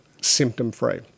symptom-free